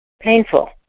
painful